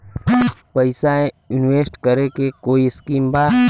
पैसा इंवेस्ट करे के कोई स्कीम बा?